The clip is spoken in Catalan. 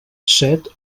set